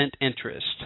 interest